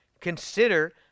Consider